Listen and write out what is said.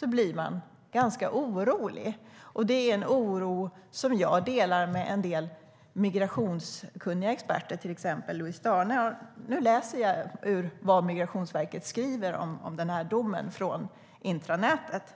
blir man ganska orolig. Det är en oro som jag delar med en del migrationskunniga experter, till exempel Louise Dane. Nu läser jag ur vad Migrationsverket skriver om domen från intranätet.